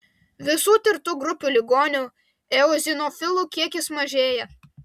visų tirtų grupių ligonių eozinofilų kiekis mažėja